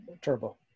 Turbo